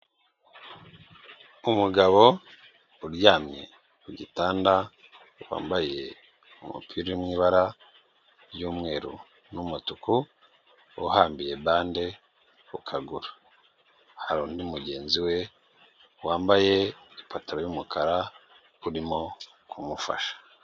Umugabo uryamye ku gitanda wambaye umupira uri mu ibara ry'umweru n'umutuku uhambiye bande ku kaguru hari undi mugenzi we wambaye ipataro y'umukara urimo kumufasha.